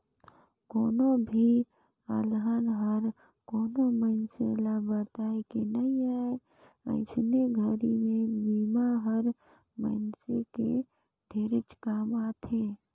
कोनो भी अलहन हर कोनो मइनसे ल बताए के नइ आए अइसने घरी मे बिमा हर मइनसे के ढेरेच काम आथे